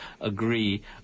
agree